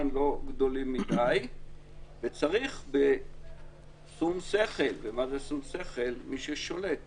לא גדולים מדי וצריך בשום שכל מי ששולט